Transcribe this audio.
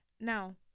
now